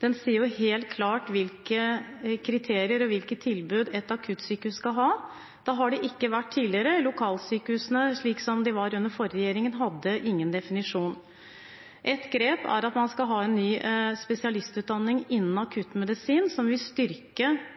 Det sies helt klart hvilke kriterier og hvilke tilbud et akuttsykehus skal ha. Slik har det ikke vært tidligere. Lokalsykehusene, slik de var under den forrige regjeringen, hadde ingen definisjon. Ett grep er at man skal ha en ny spesialistutdanning innen akuttmedisin, noe som vil styrke